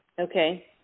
Okay